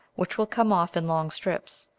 which will come off in long strips